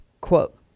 quote